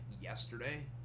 yesterday